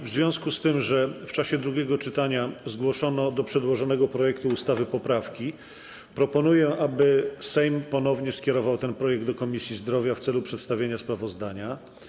W związku z tym, że w czasie drugiego czytania zgłoszono do przedłożonego projektu ustawy poprawki, proponuję, aby Sejm ponownie skierował ten projekt do Komisji Zdrowia w celu przedstawienia sprawozdania.